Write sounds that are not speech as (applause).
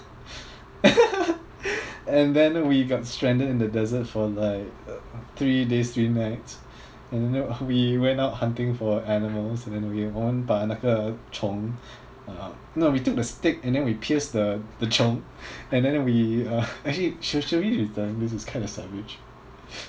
(laughs) and then we got stranded in the desert for like three days three nights and you know we went out hunting for animals and then we 我们把那个虫 uh no we took the stick and then we pierce the the 虫 and then we uh actually should should we be telling this it's kinda savage